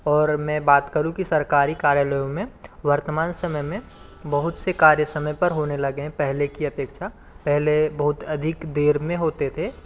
ओर मैं बात करूँ कि सरकारी कार्यालयों में वर्तमान समय में बहुत से कार्य समय पर होने लगे हैं पहले की अपेक्षा पहले बहुत अधिक देर में होते थे